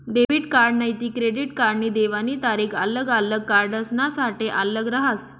debit नैते credit कार्डनी देवानी तारीख आल्लग आल्लग कार्डसनासाठे आल्लग रहास